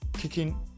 kicking